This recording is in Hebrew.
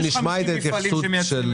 אנחנו נשמע התייחסות של